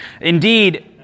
Indeed